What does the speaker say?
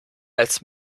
als